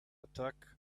attack